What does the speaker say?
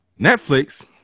Netflix